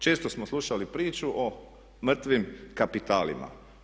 Često smo slušali priču o mrtvim kapitalima.